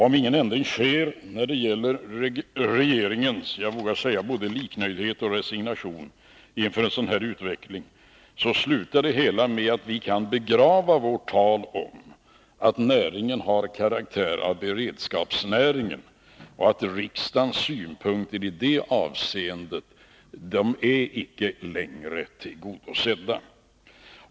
Om ingen ändring sker när det gäller regeringens, jag vågar säga så, både liknöjdhet och resignation inför en sådan här utveckling, slutar det hela med att vi kan begrava vårt tal att näringen har karaktär av beredskapsnäring och att riksdagens synpunkter i det avseendet är tillgodosedda.